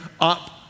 up